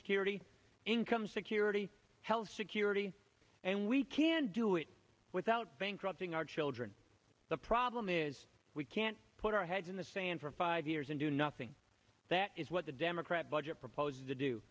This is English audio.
security income security health security and we can do it without bankrupting our children the problem is we can't put our heads in the sand for five years and do nothing that is what the democrat budget proposes to do